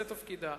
זה תפקידה.